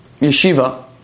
yeshiva